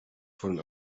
von